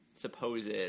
supposed